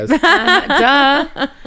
duh